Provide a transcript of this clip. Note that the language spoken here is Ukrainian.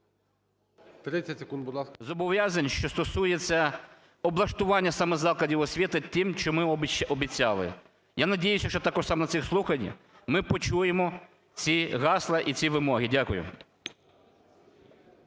…зобов'язань, що стосується облаштування саме закладів освіти тим, чим ми обіцяли. Я надіюсь, що також саме на цих слуханнях ми почуємо ці гасла і ці вимоги. Дякую.